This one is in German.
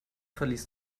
verließ